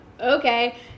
okay